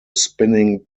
spinning